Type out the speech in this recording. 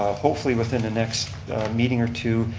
hopefully within the next meeting or two,